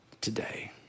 today